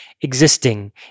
existing